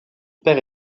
père